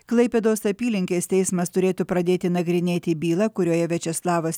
klaipėdos apylinkės teismas turėtų pradėti nagrinėti bylą kurioje viačeslavas